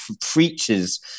preaches